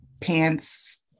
pants